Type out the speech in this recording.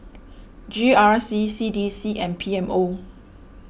G R C C D C and P M O